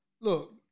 look